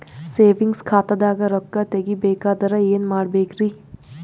Savings ಖಾತಾದಾಗ ರೊಕ್ಕ ತೇಗಿ ಬೇಕಾದರ ಏನ ಮಾಡಬೇಕರಿ?